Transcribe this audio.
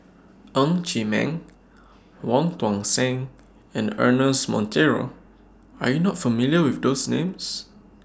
Ng Chee Meng Wong Tuang Seng and Ernest Monteiro Are YOU not familiar with those Names